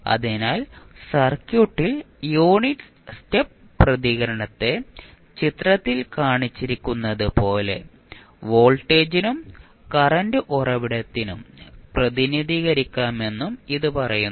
അതിനാൽ സർക്യൂട്ടിൽ unit stop പ്രതികരണത്തെ ചിത്രത്തിൽ കാണിച്ചിരിക്കുന്നതുപോലെ വോൾട്ടേജിനും കറന്റ് ഉറവിടത്തിനും പ്രതിനിധീകരിക്കാമെന്നും ഇത് പറയുന്നു